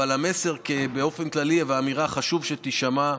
אבל המסר באופן כללי והאמירה חשוב שיישמעו: